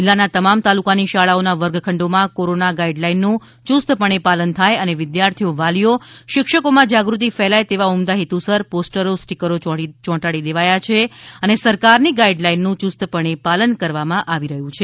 જિલ્લાના તમામ તાલુકાની શાળાઓના વર્ગખંડોમાં કોરોના ગાઈડ લાઈનનુ ચુસ્તપણે પાલન થાય અને વિ દ્યાર્થીઓ વાલીઓ શિક્ષકોમાં જાગૃતિ ફેલાય તેવા ઉમદા હેતુસર પોસ્ટરો સ્ટીકરો ચોંટાડી દેવાયા છે અને સરકારની ગાઈડ લાઈનનું યુસ્તપણે પાલન કરવામાં આવી રહ્યું છે